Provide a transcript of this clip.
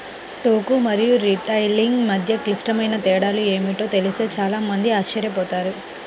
టోకు మరియు రిటైలింగ్ మధ్య క్లిష్టమైన తేడాలు ఏమిటో తెలిస్తే చాలా మంది ఆశ్చర్యపోతారు